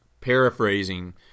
paraphrasing